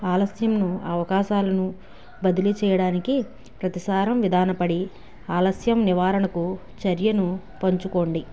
ఆలస్యంను అవకాశాలను బదిలీ చేయడానికి ప్రతిసారం విధాన పడి ఆలస్యం నివారణకు చర్యను పంచుకోండి